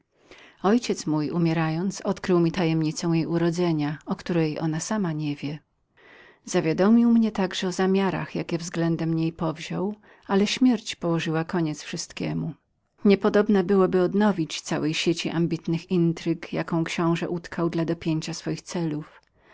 ojciec mój umierając odkrył mi tajemnicę jej urodzenia o której ona sama nie wie uwiadomił mnie także o zamiarach jakie względem niej powziął ale śmierć położyła koniec wszystkiemu niepodobnem byłoby odnowienie całej sieci chciwych zaszczytów intryg jaką książe utkał dla dopięcia swoich celów